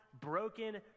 Broken